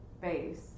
base